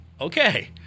Okay